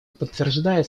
подтверждает